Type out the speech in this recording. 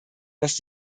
dass